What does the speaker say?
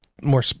more